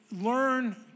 learn